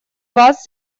вас